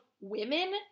women